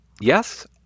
Yes